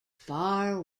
far